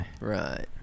Right